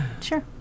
Sure